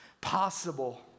possible